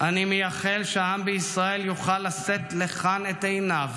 אני מייחל שהעם בישראל יוכל לשאת לכאן את עיניו